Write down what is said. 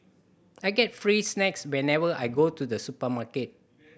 I get free snacks whenever I go to the supermarket